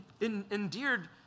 endeared